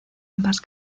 ambas